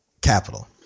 capital